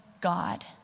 God